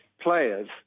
players